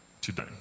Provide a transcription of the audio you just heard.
today